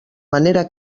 manera